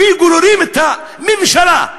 וגוררים את הממשלה,